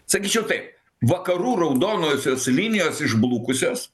sakyčiau taip vakarų raudonosios linijos išblukusios